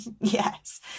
yes